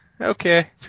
Okay